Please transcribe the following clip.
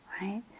right